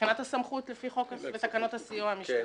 מבחינת הסמכות לפי חוק ותקנות הסיוע המשפטי.